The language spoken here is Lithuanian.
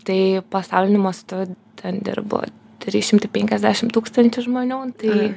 tai pasauliniu mastu ten dirbo trys šimtai penkiasdešim tūkstančių žmonių tai